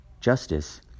justice